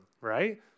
right